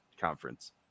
conference